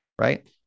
right